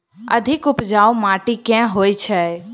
अधिक उपजाउ माटि केँ होइ छै?